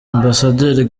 ambasaderi